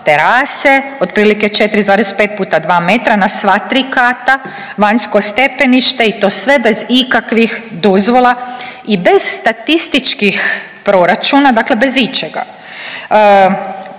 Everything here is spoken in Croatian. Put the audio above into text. terase otprilike 4,5 puta 2 metra na sva tri kata, vanjsko stepenište i to sve bez ikakvih dozvola i bez statističkih proračuna, dakle bez ičega.